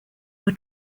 were